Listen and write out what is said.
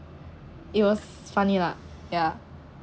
it was funny lah ya